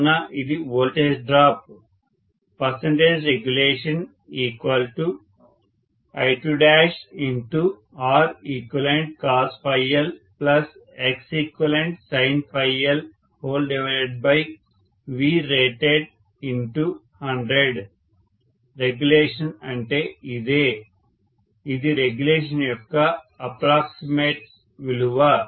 కావున ఇది voltage drop regulationI2ReqcosLXeqsinLVrated100 regulation అంటే ఇదే ఇది రెగ్యులేషన్ యొక్క అప్రాక్సిమేట్ విలువ